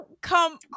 come